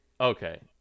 Okay